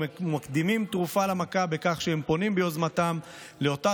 ומקדימים תרופה למכה בכך שהם פונים ביוזמתם לאותה